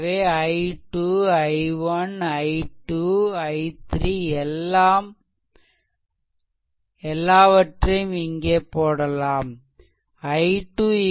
எனவே i2 i1 i2 i3 எல்லாவற்றையும் போடலாம்